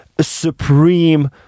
supreme